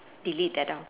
delete that now